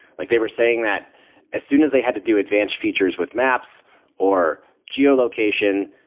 like they were saying that as soon as they had to do advanced features with maps or geo-location,